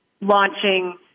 launching